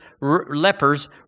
lepers